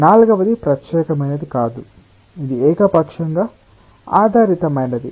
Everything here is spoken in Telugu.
నాల్గవది ప్రత్యేకమైనది కాదు ఇది ఏకపక్షంగా ఆధారితమైనది